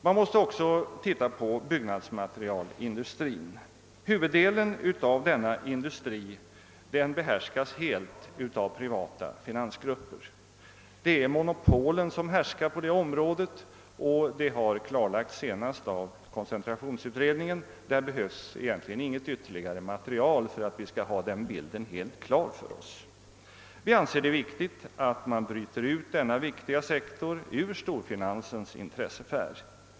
Man måste också ingripa i byggnadsmaterialindustrin. Huvuddelen av denna behärskas helt av privata finans grupper. Monopolen härskar på det området; det har klarlagts senast av koncentrationsutredningen, och där behövs inget ytterligare material för att vi skall ha bilden helt klar för oss. Vi anser det viktigt att bryta ut denna sektor ur storfinansens intressesfär.